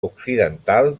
occidental